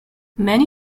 many